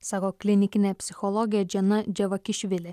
sako klinikinė psichologė džiana dževakišvili